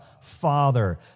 Father